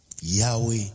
Yahweh